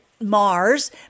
Mars